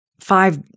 five